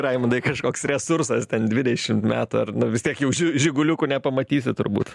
raimundai kažkoks resursas ten dvidešimt metų ar nu vis tiek jau žiguliukų nepamatysi turbūt